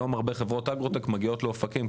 היום המון חברות אגרוטק מגיעות לאופקים.